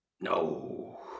No